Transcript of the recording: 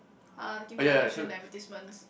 ah the Kim contraction advertisements